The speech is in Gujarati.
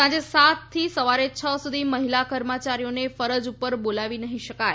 સાંજે સાતથી સવારે છ સુધી મહિલા કર્મયારીને ફરજ ઉપર બોલાવી નહી શકાય